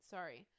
Sorry